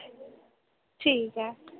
ठीक ऐ